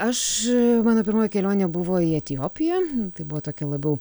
aš mano pirmoji kelionė buvo į etiopiją tai buvo tokia labiau